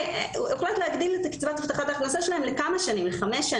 הוחלט להגדיל את קצבת הבטחת ההכנסה שלהן לחמש שנים,